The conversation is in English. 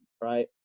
right